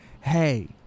hey